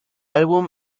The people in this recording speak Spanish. álbum